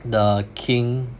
the king